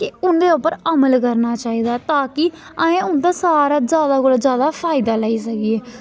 कि उं'दे उप्पर अमल करना चाहिदा ताकि असें उं'दा सारा जादा कोला जादा फायदा लेई सकिये